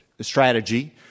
strategy